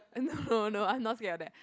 no no I'm not scared of that